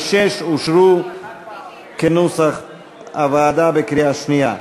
ו-6 אושרו כנוסח הוועדה בקריאה שנייה.